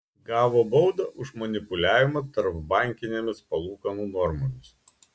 gavo baudą už manipuliavimą tarpbankinėmis palūkanų normomis